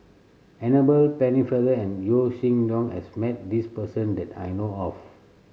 Annabel Pennefather and Yaw Shin Leong has met this person that I know of